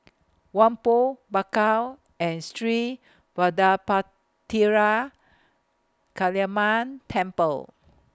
Whampoa Bakau and Sri Vadapathira Kaliamman Temple